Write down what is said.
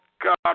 God